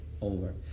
over